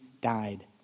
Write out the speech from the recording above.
died